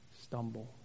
stumble